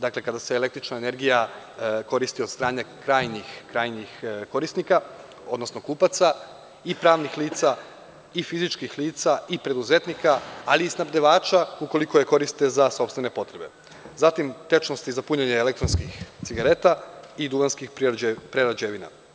Dakle, kada se električna energija koristi od strane krajnjih korisnika, odnosno kupaca i pravnih lica i fizičkih lica i preduzetnika, ali i snabdevača, ukoliko je koriste za sopstvene potrebe, zatim tečnosti za punjenje elektronskih cigareta i duvanskih prerađevina.